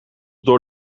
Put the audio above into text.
door